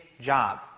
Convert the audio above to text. job